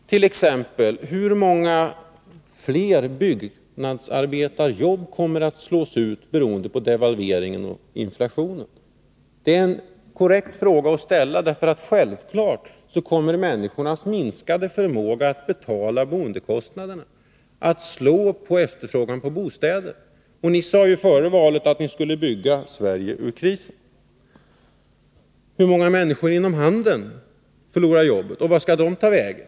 Hur många fler byggnadsarbetare kommer t.ex. att slås ut beroende på delvalveringen och inflationen? Det är en fråga som är korrekt att ställa, eftersom människornas minskade förmåga att betala boendekostnaderna självfallet kommer att påverka efterfrågan på bostäder, och ni sade ju före valet att ni skulle bygga Sverige ur krisen. Hur många människor inom handeln kommer att förlora jobben? Vart skall de ta vägen?